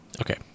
Okay